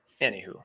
anywho